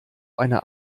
eine